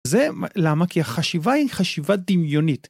זה למה כי החשיבה היא חשיבה דמיונית.